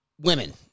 women